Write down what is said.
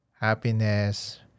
Happiness